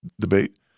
debate